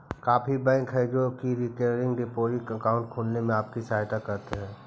काफी बैंक हैं जो की रिकरिंग डिपॉजिट अकाउंट खुलवाने में आपकी सहायता करते हैं